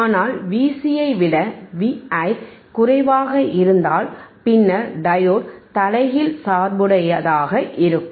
ஆனால் Vc ஐ விட Vi குறைவாக இருந்தால் பின்னர் டையோடு தலைகீழ் சார்புடையதாக இருக்கும்